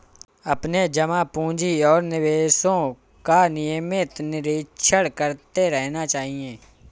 अपने जमा पूँजी और निवेशों का नियमित निरीक्षण करते रहना चाहिए